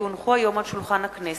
כי הונחו היום על שולחן הכנסת,